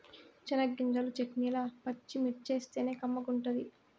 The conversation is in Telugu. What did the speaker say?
చెనగ్గింజల చెట్నీల పచ్చిమిర్చేస్తేనే కమ్మగుంటది